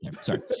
Sorry